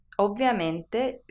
Ovviamente